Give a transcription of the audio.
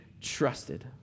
trusted